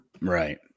Right